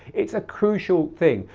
it's a crucial thing.